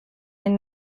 den